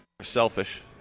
selfish